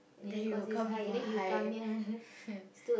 then you will come for hi